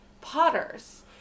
potters